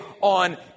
on